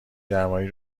درمانی